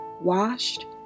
washed